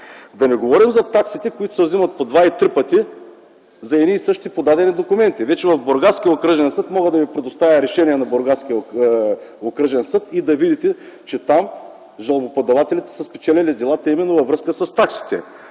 Да не говорим за таксите, които се взимат по два и три пъти за едни и същи подадени документи. В Бургаския окръжен съд, мога да Ви предоставя решение на Бургаския окръжен съд и да видите, че там жалбоподателите са спечелили делата именно във връзка с таксите.